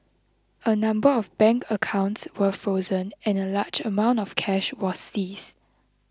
a number of bank accounts were frozen and a large amount of cash was seized